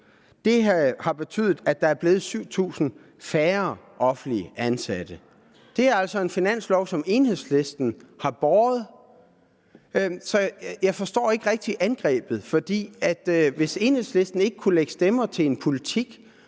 har betydet, at der er blevet 7.000 færre offentligt ansatte. Det er altså en finanslov, som Enhedslisten har båret. Så jeg forstår ikke rigtig angrebet. Hvis Enhedslisten ikke kunne lægge stemmer til en politik,